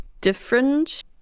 different